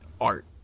art